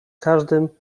każdym